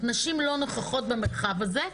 נשים לא נוכחות במרחב הזה.